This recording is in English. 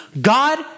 God